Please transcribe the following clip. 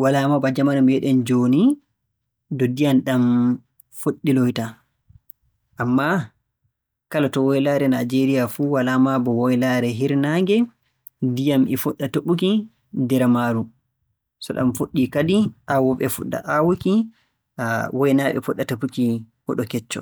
Walaa maa ba jamanu meeɗen jooni ndu ndiyam ɗam fuɗɗilowtaa. Ammaa kala to woylaare Naajeeriya fuu, walaa maa ba woylaare hiirnaange, ndiyam e fuɗɗa toɓuki nder maaru. So ɗam fuɗɗii kadi, aawooɓe puɗɗa aawuki, waynaaɓe puɗɗa tokkuki huɗo hecco